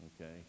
okay